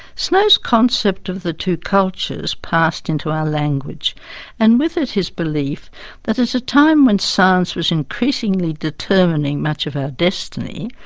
snow's concept of the two cultures passed into our language and with it his belief that at a time when science was increasingly determining much of our destiny,